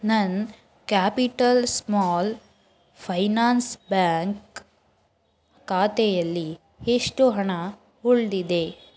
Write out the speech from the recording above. ನನ್ನ capital small finance bank ಖಾತೆಯಲ್ಲಿ ಎಷ್ಟು ಹಣ ಉಳಿದಿದೆ